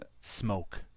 smoke